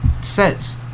Sets